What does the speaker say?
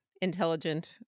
intelligent